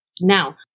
now